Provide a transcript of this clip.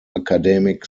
academic